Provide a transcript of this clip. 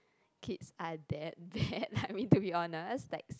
kids are that bad I mean to be honest like